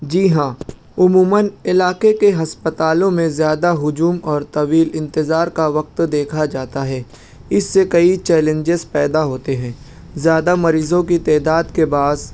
جی ہاں عموماً علاقے کے ہسپتالوں میں زیادہ ہجوم اور طویل انتظار کا وقت دیکھا جاتا ہے اس سے کئی چیلنجیز پیدا ہوتے ہیں زیادہ مریضوں کی تعداد کے بعد